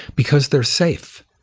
because they're safe.